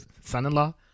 son-in-law